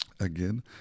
again